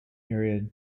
area